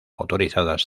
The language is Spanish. autorizadas